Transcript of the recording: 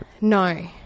No